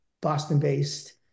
Boston-based